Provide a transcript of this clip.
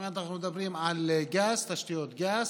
אנחנו מדברים על תשתיות גז,